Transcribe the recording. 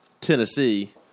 Tennessee